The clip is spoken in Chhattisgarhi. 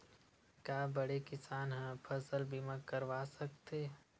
का बड़े किसान ह फसल बीमा करवा सकथे?